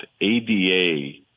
ADA